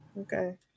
Okay